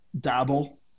dabble